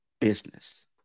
business